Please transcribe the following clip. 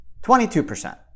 22%